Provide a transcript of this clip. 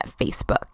Facebook